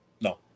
No